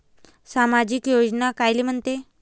सामाजिक योजना कायले म्हंते?